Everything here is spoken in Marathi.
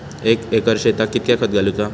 एक एकर शेताक कीतक्या खत घालूचा?